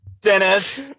Dennis